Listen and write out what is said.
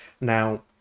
Now